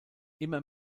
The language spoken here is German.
immer